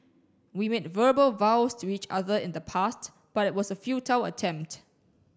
we made verbal vows to each other in the past but it was a futile attempt